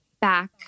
back